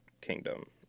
kingdom